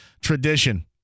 tradition